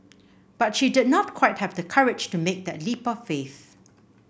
but she did not quite have the courage to make that leap of faith